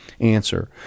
Answer